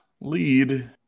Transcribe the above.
lead